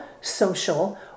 social